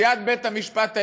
נשיאת בית-המשפט העליון,